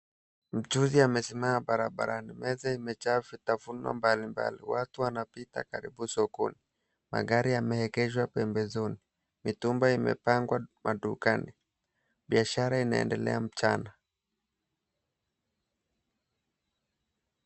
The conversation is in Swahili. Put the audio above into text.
Mchuuzi amesimama barabarani, meza imejaa vitafunwa mbalimbali, watu wanapita karibu sokoni, magari yameegezwa pembezoni, mitumba imepangwa madukani, biashara inaendelea mchana.